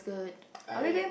I